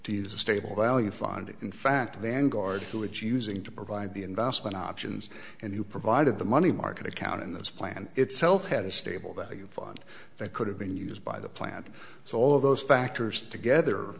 to use a stable value fund in fact vanguard who is using to provide the investment options and who provided the money market account in this plan itself had a stable that you fund that could have been used by the plant so all of those factors together